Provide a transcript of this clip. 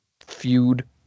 feud